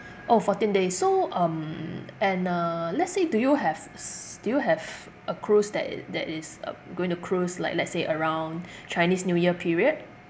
orh fourteen days so um and uh let's say do you have s~ do you have a cruise that i~ that is um going to cruise like let's say around chinese new year period